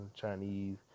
Chinese